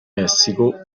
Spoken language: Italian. messico